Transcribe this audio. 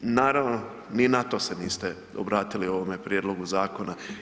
Naravno, ni na to se niste obratili u ovome prijedlogu zakona.